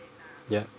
ya